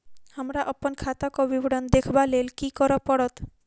हमरा अप्पन खाताक विवरण देखबा लेल की करऽ पड़त?